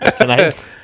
Tonight